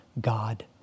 God